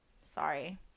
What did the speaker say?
Sorry